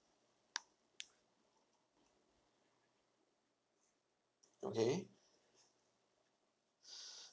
okay